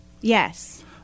Yes